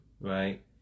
right